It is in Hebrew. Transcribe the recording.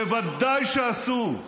בוודאי שעשו.